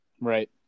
right